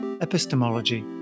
epistemology